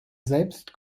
selbst